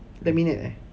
laminate eh